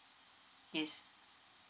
yes